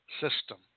system